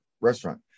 restaurant